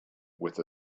with